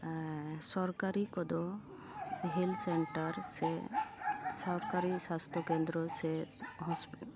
ᱥᱚᱨᱠᱟᱨᱤ ᱠᱚᱫᱚ health centre ᱥᱮ ᱥᱚᱨᱠᱟᱨᱤ ᱥᱟᱥᱛᱷᱚ ᱠᱮᱱᱫᱨᱚ ᱥᱮ ᱦᱳᱥ